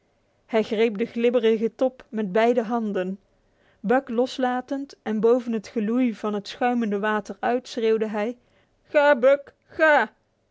hij greep de glibberige top met beide handen buck loslatend en boven het geloei van het schuimende water uit schreeuwde hij ga buck ga